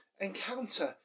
encounter